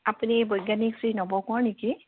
আপুনি বৈজ্ঞানিক শ্ৰী নৱ কোঁৱৰ নেকি